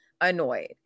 annoyed